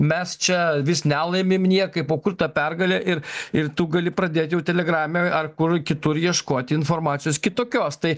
mes čia vis nelaimim niekaip o kur ta pergalė ir ir tu gali pradėt jau telegrame ar kur kitur ieškoti informacijos kitokios tai